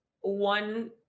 one